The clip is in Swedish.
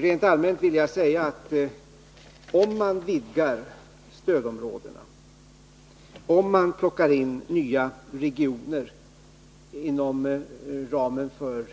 Rent allmänt vill jag säga att man, om man vidgar stödområdena genom att föra nya regioner till dem som omfattas av